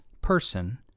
person